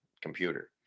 computer